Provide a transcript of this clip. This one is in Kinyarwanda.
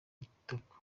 itako